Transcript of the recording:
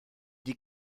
die